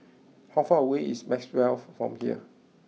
how far away is Maxwell from here